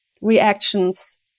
reactions